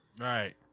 right